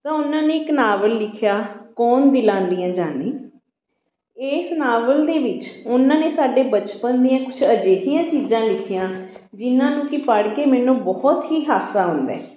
ਤਾਂ ਉਹਨਾਂ ਨੇ ਇੱਕ ਨਾਵਲ ਲਿਖਿਆ ਕੌਣ ਦਿਲਾਂ ਦੀਆਂ ਜਾਣੇ ਇਸ ਨਾਵਲ ਦੇ ਵਿੱਚ ਉਹਨਾਂ ਨੇ ਸਾਡੇ ਬਚਪਨ ਦੀਆਂ ਕੁਛ ਅਜਿਹੀਆਂ ਚੀਜ਼ਾਂ ਲਿਖੀਆਂ ਜਿਨ੍ਹਾਂ ਨੂੰ ਕਿ ਪੜ੍ਹ ਕੇ ਮੈਨੂੰ ਬਹੁਤ ਹੀ ਹਾਸਾ ਆਉਂਦਾ